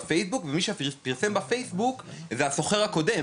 בפייסבוק ומי שפרסם את הפוסט הזה בפייסבוק זה בכלל השוכר הקודם.